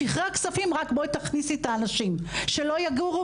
שחרר הכל רק בואי תכניסי את האנשים שלא יגורו